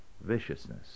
viciousness